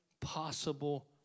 possible